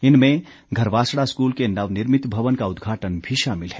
इनमें घरवासड़ा स्कूल के नवनिर्मित भवन का उद्घाटन भी शामिल है